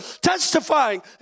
testifying